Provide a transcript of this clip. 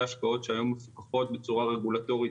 ההשקעות שהיום מסופחות בצורה רגולטורית